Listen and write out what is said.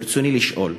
ברצוני לשאול: